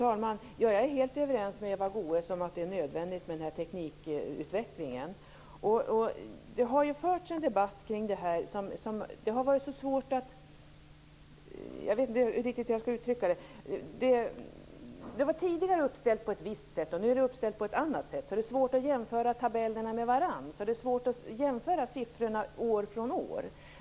Fru talman! Jag är helt överens med Eva Goës om att teknikutvecklingen är nödvändig. Det har förts en debatt kring det här. Det är svårt, därför att det har tidigare varit uppställt på ett visst sätt och är nu uppställt på ett annat sätt. Det är därför svårt att jämföra tabellerna med varandra och att jämföra siffrorna år från år.